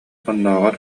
оннооҕор